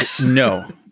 No